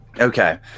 Okay